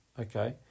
okay